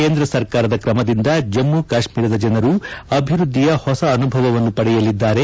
ಕೇಂದ್ರ ಸರ್ಕಾರದ ಕ್ರಮದಿಂದ ಜಮ್ಮ ಕಾಶ್ಮೀರದ ಜನರು ಅಭಿವೃದ್ದಿಯ ಹೊಸ ಅನುಭವವನ್ನು ಪಡೆಯಲಿದ್ದಾರೆ